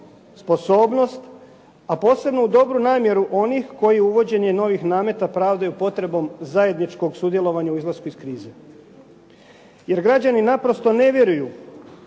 sposobnost, a posebno u dobru namjeru onih koji uvođenje novih nameta pravdaju potrebom zajedničkog sudjelovanja u izlasku iz krize. Jer naprosto građani ne vjeruju